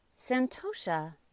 Santosha